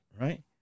right